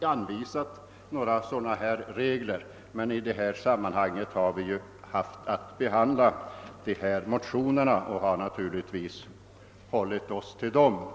anvisat några sådana regler, men i detta sammanhang har vi haft att behandla motionerna och naturligtvis hållit oss till dem.